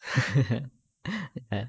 ya